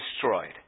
destroyed